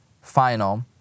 final